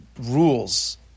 rules